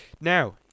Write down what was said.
Now